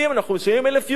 אנחנו משלמים 1,000 יורו,